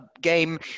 game